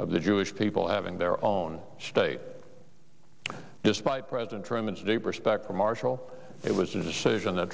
of the jewish people having their own state despite president truman's deep respect for marshall it was a decision that